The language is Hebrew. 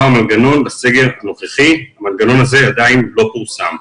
בסגר הנוכחי המנגנון הזה עדיין לא פורסם.